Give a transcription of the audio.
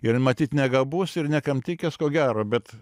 ir matyt negabus ir niekam tikęs ko gero bet